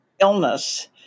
illness